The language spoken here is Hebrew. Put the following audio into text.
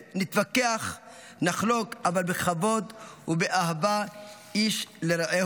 נתווכח, נחלוק, אבל בכבוד ובאהבה איש לרעהו.